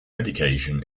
medication